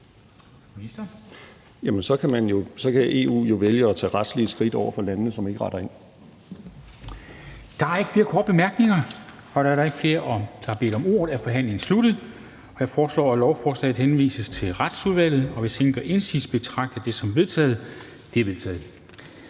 så kan EU jo vælge at tage retslige skridt over for landene, som ikke retter ind. Kl. 10:51 Formanden (Henrik Dam Kristensen): Der er ikke flere korte bemærkninger. Da der ikke er flere, der har bedt om ordet, er forhandlingen sluttet. Jeg foreslår, at lovforslaget henvises til Retsudvalget. Hvis ingen gør indsigelse, betragter jeg det som vedtaget. Det er vedtaget.